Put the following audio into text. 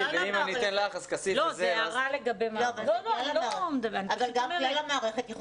רק, כלל המערכת.